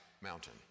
mountain